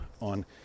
on